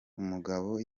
umugabo